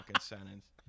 sentence